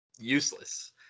useless